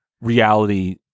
reality